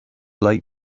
late